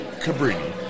Cabrini